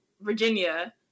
virginia